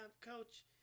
coach